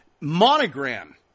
monogram